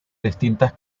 distintas